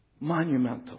Monumental